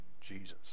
Jesus